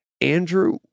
Andrew